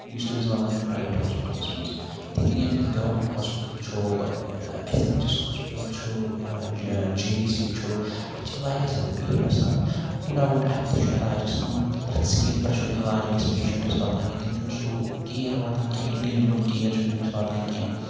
یُس تٔمِس واتان چھُ پرایویٹ ہوسپِٹَلَس مَنٛز اِتھے کنۍ اگر أسۍ گَوَمیٚنٹ ہوسپِٹَل وٕچھو S M H S hospital چھُ یا جے وی سی چھُ اَتہِ چھِ واریاہ زیادٕ بیٖڈ آسان نو ڈاوُٹ اَتہِ تہِ چھُ علاج گَژھان مَگَر تَتھ سکیل پیٹھ چھُ نہٕ علاج أکِس پیشَنٹَس واتان کینٛہہ تٔمِس چھُنہٕ سُہ کیر واتان کینٛہہ اِنڈِوِجوَل کیر چھُنہٕ تٔمِس واتان کینٛہہ